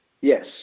Yes